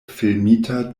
filmita